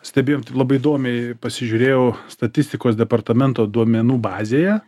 stebėjom tai labai įdomiai pasižiūrėjau statistikos departamento duomenų bazėje